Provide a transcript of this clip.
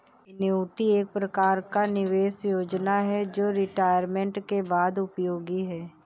annuity एक प्रकार का निवेश योजना है जो रिटायरमेंट के बाद उपयोगी है